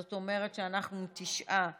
זאת אומרת אנחנו תשעה בעד.